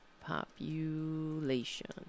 Population